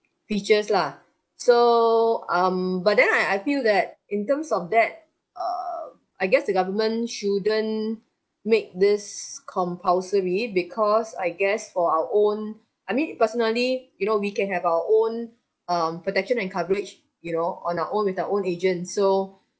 features lah so um but then I I feel that in terms of that err I guess the government shouldn't make this compulsory because I guess for our own I mean personally you know we can have our own um protection and coverage you know on our own with our own agent so